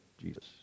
Jesus